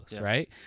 right